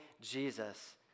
Jesus